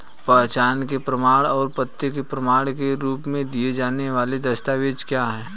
पहचान के प्रमाण और पते के प्रमाण के रूप में दिए जाने वाले दस्तावेज क्या हैं?